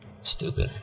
Stupid